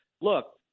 Look